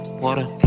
water